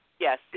Yes